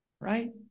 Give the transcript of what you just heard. Right